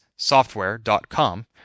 software.com